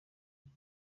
giti